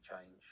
change